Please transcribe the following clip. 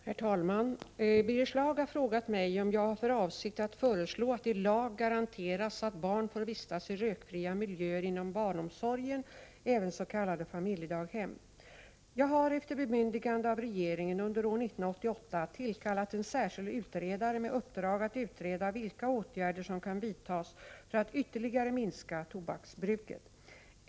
Herr talman! Birger Schlaug har frågat mig om jag har för avsikt att föreslå att det i lag garanteras att barn får vistas i rökfria miljöer inom barnomsorgen, även i s.k. familjedaghem. Jag har efter bemyndigande av regeringen under år 1988 tillkallat en särskild utredare med uppdrag att utreda vilka åtgärder som kan vidtas för att ytterligare minska tobaksbruket.